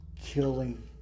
killing